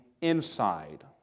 inside